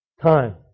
time